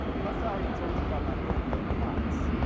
plus, i all ready told you about my phobia of clocks.